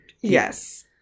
Yes